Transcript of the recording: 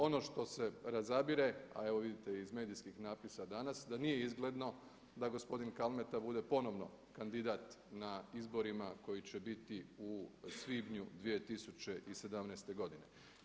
Ono što se razabire a evo vidite i iz medijskih napisa danas da nije izgledno da gospodin Kalmeta bude ponovno kandidat na izborima koji će biti u svibnju 2017. godine.